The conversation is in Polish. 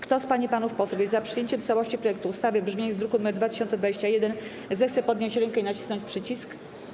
Kto z pań i panów posłów jest za przyjęciem w całości projektu ustawy w brzmieniu z druku nr 2021, zechce podnieść rękę i nacisnąć przycisk.